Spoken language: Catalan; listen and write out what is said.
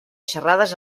xerrades